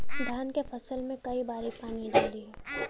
धान के फसल मे कई बारी पानी डाली?